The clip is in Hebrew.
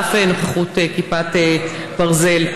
על אף נוכחות כיפת ברזל.